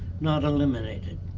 not eliminated.